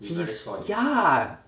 he's yeah